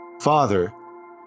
Father